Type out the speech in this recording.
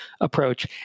approach